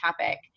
topic